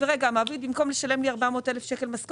אנחנו מקווים שזה